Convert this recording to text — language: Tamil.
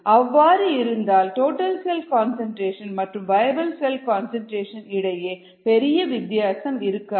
அவ்வாறு இருந்தால் டோட்டல் செல் கன்சன்ட்ரேஷன் மற்றும் வயபிள் செல் கன்சன்ட்ரேஷன் இடையே பெரிய வித்தியாசம் இருக்காது